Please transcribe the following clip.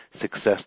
success